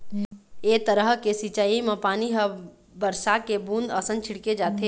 ए तरह के सिंचई म पानी ह बरसा के बूंद असन छिड़के जाथे